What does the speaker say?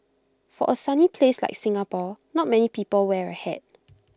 for A sunny place like Singapore not many people wear A hat